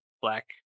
Black